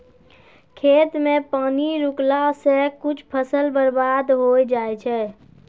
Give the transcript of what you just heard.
खेत मे पानी रुकला से कुछ फसल बर्बाद होय जाय छै